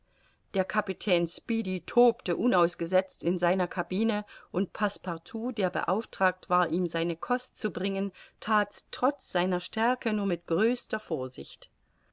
der kapitän speedy tobte unausgesetzt in seiner cabine und passepartout der beauftragt war ihm seine kost zu bringen that's trotz seiner stärke nur mit größter vorsicht